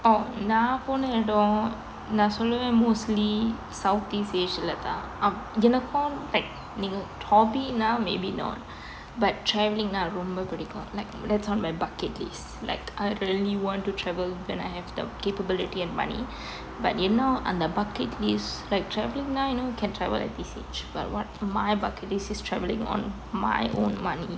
oh நான் போன இடம் நான் சொல்லுவென்:naa pona edam naan solluven mostly south east asia லே தான் எனக்கும்:le thaan enakkum like hobby now maybe not but travelling என்னா ரொம்ப பிடிக்கும்:enna romba pidikkum like that's on my bucket list like I really want to travel when I have the capability and money but என்ன:enna on the bucket list like travelling now you know can travel at this age but what my bucket list is travelling on my own money